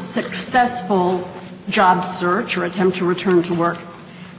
unsuccessful job search or attempt to return to work